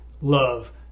love